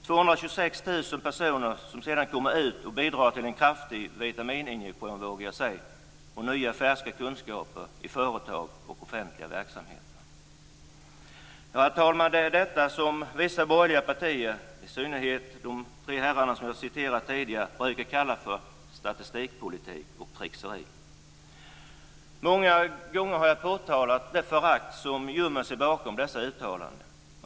226 000 personer kommer sedan ut och bidrar till en kraftig vitamininjektion, vågar jag säga, och nya färska kunskaper i företag och offentliga verksamheter. Herr talman! Det är detta som vissa borgerliga partier - i synnerhet tänker jag på de tre herrar som jag tidigare har citerat - brukar kalla för statistikpolitik och tricksande. Många gånger har jag påtalat det förakt som gömmer sig bakom dessa uttalanden.